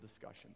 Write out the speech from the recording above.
discussion